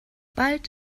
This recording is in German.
bald